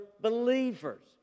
believers